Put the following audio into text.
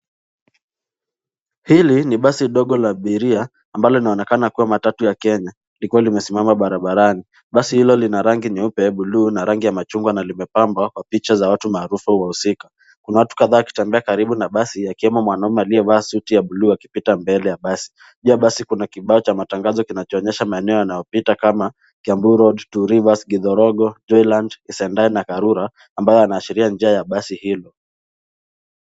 Hili ni basi dogo la abiria ambalo baadhi wanadai kuwa ni matatu za Kenya. Basi hili lina rangi ya buluu na machungwa, na limejaa picha za watu marufuku upande wa pembeni. Karibu na basi, kuna gari dogo la buluu ambalo linaonekana likipita mbele ya basi. Kando ya basi kuna kibao cha matangazo kinachoonyesha maeneo mbalimbali kama Kiambu Road, Rivers, Githorogo, Twilland, Kisendai, na Karura, na kibao hicho kinaonyesha njia ambayo basi hili linapitia.